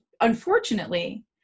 unfortunately